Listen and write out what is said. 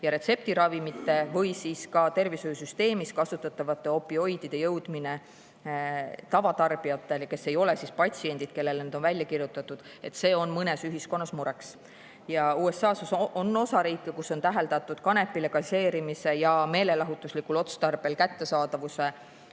ja retseptiravimite või ka tervishoiusüsteemis kasutatavate opioidide jõudmine tavatarbijate kätte, kes ei ole patsiendid, kellele need on välja kirjutatud, on mõnes ühiskonnas mureks. USA‑s on osariike, kus on täheldatud kanepi legaliseerimise ja meelelahutuslikul otstarbel kättesaadavuse